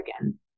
again